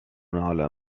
على